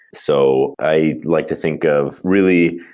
so i'd like to think of, really,